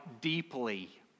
deeply